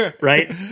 right